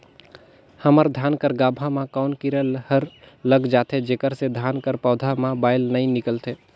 हमर धान कर गाभा म कौन कीरा हर लग जाथे जेकर से धान कर पौधा म बाएल नइ निकलथे?